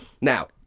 Now